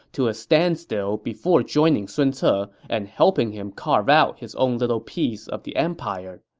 to a standstill before joining sun ce ah and helping him carve out his own little piece of the empire